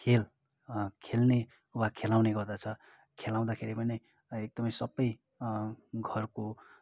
खेल खेल्ने वा खेलाउने गर्दछ खेलाउँदाखेरि पनि एकदमै सबै घरको